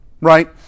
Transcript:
right